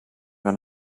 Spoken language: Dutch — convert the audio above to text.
van